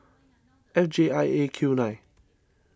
F J I A Q nine